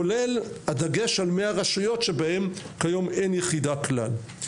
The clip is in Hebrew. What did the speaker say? כולל הדגש על 100 רשויות שבהם כיום אין יחידה כלל.